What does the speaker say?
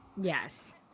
yes